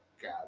Got